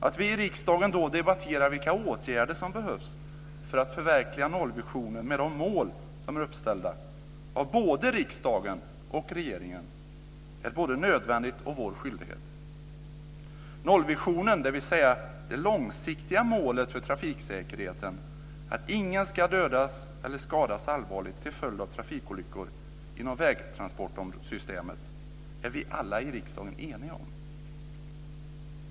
Att vi i riksdagen då debatterar vilka åtgärder som behövs för att förverkliga nollvisionen med de mål som är uppställda av både riksdagen och regeringen är både nödvändigt och vår skyldighet. Nollvisionen, dvs. det långsiktiga målet för trafiksäkerheten att ingen ska dödas eller skadas allvarligt till följd att trafikolyckor inom vägtransportsystemet, är vi alla i riksdagen eniga om.